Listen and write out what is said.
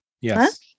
Yes